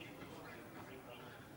מזכירת הכנסת.